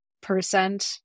percent